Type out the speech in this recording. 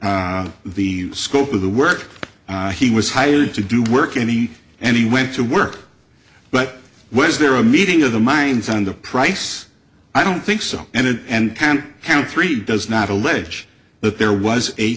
the scope of the work he was hired to do work any and he went to work but was there a meeting of the minds on the price i don't think so and can count three does not allege that there was a